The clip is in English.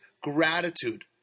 gratitude